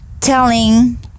telling